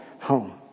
home